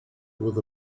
with